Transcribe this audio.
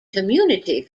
community